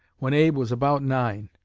when abe was about nine.